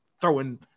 throwing